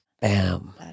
Bam